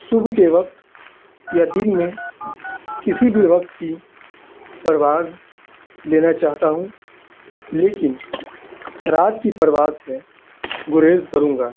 صبح کے وقت یا دن میں کسی بھی وقت کی پرواز لینا چاہتا ہوں لیکن رات کی پرواز سے گریز کروں گا